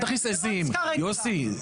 יוסי.